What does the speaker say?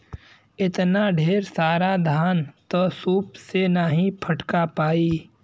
एतना ढेर सारा धान त सूप से नाहीं फटका पाई